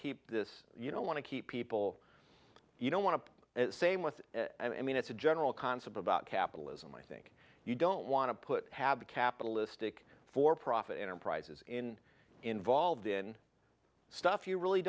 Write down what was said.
keep this you know want to keep people you don't want to at same with i mean it's a general concept about capitalism i think you don't want to put have a capitalistic for profit enterprises in involved in stuff you really